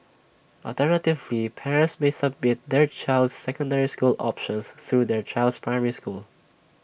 alternatively parents may submit their child's secondary school options through their child's primary school